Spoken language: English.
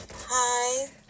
Hi